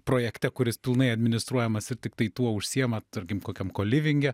projekte kuris pilnai administruojamas ir tiktai tuo užsiema tarkim kokiam kolivinge